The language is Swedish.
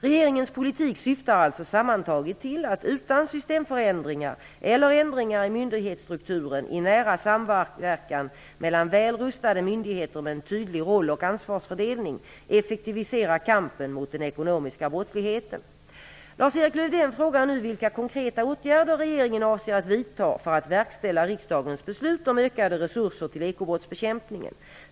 Regeringens politik syftar alltså sammantaget till att utan systemförändringar eller ändringar i myndighetsstrukturen, men i nära samverkan mellan väl rustade myndigheter med en tydlig rolloch ansvarsfördelning effektivisera kampen mot den ekonomiska brottsligheten. Lars-Erik Lövdén frågar nu vilka konkreta åtgärder regeringen avser att vidta för att verkställa riksdagens beslut om ökade resurser till ekobrottsbekämpningen.